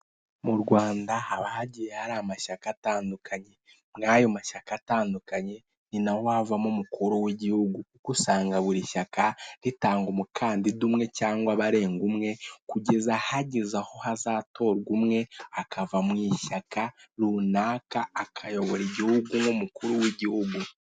Mu Rwanda haba hagiye hari amashyaka atandukanye mu ayo mashyaka atandukanye ninaho havamo umukuru w'igihugu, kuko usanga buri shyaka ritanga umukandida umwe cyangwa abarenga umwe kugeza hageze aho hazatorwa umwe akava mu ishyaka runaka akayobora igihugu nk'umukuru w'igihugu.